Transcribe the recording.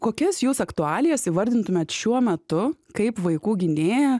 kokias jūs aktualijas įvardintumėt šiuo metu kaip vaikų gynėją